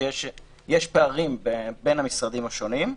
שיש פערים בין המשרדים השונים.